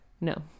no